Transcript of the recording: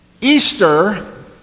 Easter